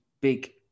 big